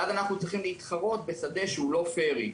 ואז אנחנו צריכים להתחרות בשדה שהוא לא פיירי,